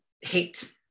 hate